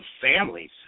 families